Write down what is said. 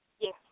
Yes